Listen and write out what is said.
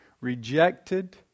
rejected